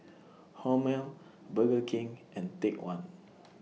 Hormel Burger King and Take one